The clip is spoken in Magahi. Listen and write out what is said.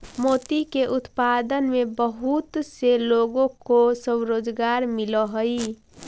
मोती के उत्पादन में बहुत से लोगों को स्वरोजगार मिलअ हई